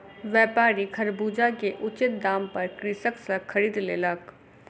व्यापारी खरबूजा के उचित दाम पर कृषक सॅ खरीद लेलक